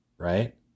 right